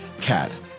Cat